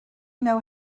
know